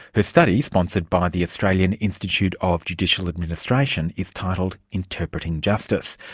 her study sponsored by the australian institute of judicial administration is titled interpreting justice.